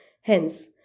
Hence